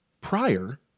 prior